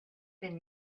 been